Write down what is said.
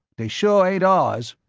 they sure ain't ours.